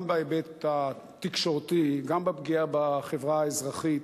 גם בהיבט התקשורתי, גם בפגיעה בחברה האזרחית